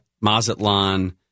Mazatlan